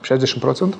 šešiasdešim procentų